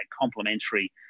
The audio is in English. complementary